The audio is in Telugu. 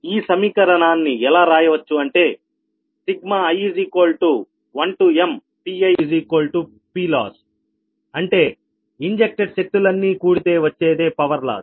ఈ సమీకరణాన్ని ఎలా రాయవచ్చు అంటే i1mPiPloss అంటే ఇంజెక్ట్ శక్తులన్నీ కూడితే వచ్చేదే పవర్ లాస్